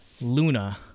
Luna